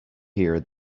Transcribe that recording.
here